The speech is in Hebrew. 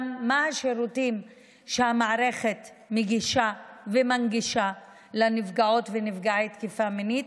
גם מה השירותים שהמערכת מגישה ומנגישה לנפגעות ונפגעי תקיפה מינית,